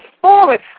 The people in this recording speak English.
forward